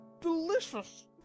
Delicious